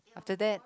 after that